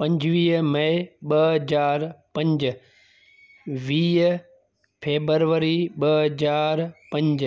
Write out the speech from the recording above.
पंजवीह मइ ॿ हज़ार पंज वीह फेबरवरी ॿ हज़ार पंज